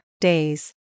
days